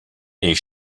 est